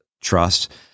trust